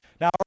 Now